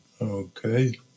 Okay